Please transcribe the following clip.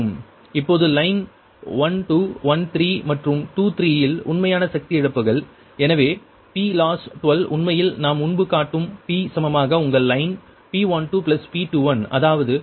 இப்போது லைன் 1 2 1 3 மற்றும் 2 3 ல் உண்மையான சக்தி இழப்புகள் எனவே PLOSS 12 உண்மையில் நாம் முன்பு காட்டும் P சமமாக உங்கள் லைன் P12 P21 அதாவது 181